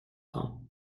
خوام